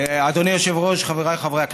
אדוני היושב-ראש, חבריי חברי הכנסת,